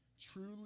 Truly